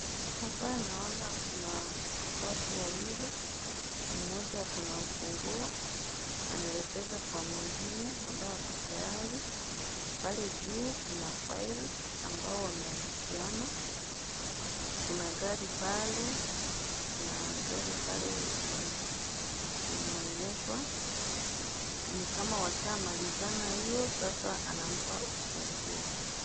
Hapa naona kuna watu wawili, mmoja ako na ufunguo, anawekeza kwa mwingine ambaye yuko tayari, pale juu kuna file ambayo wameandikiana, kuna gari pale, kuna gari pale linaonyesha, ni kama washamalizana hiyo sasa anampa ufunguo.